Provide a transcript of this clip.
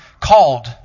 called